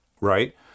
right